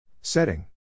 Setting